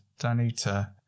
Danita